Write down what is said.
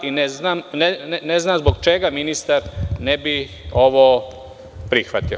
Ne znam zbog čega ministar ne bi ovo prihvatio.